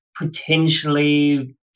potentially